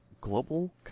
global